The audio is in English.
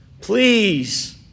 Please